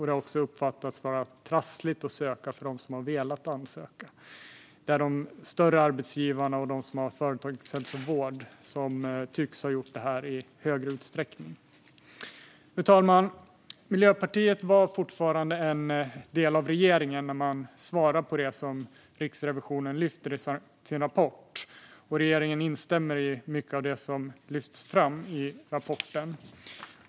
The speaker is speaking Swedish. Det har också uppfattats som trassligt att söka dem för dem som har velat ansöka. Det är de större arbetsgivarna och de som har företagshälsovård som tycks ha gjort det i större utsträckning. Fru talman! Miljöpartiet var fortfarande en del av regeringen när den svarade på det som Riksrevisionen lyfter upp i sin rapport. Regeringen instämmer också i mycket av det som lyfts fram i rapporten.